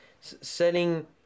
setting